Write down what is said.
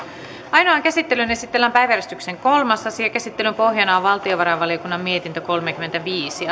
ainoaan käsittelyyn esitellään päiväjärjestyksen kolmas asia käsittelyn pohjana on valtiovarainvaliokunnan mietintö kolmekymmentäviisi